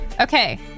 Okay